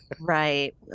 right